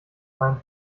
ein